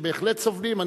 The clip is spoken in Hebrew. שבהחלט סובלים,